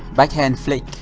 backhand flick